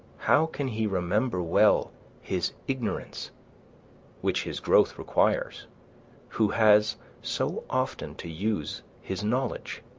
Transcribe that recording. how can he remember well his ignorance which his growth requires who has so often to use his knowledge?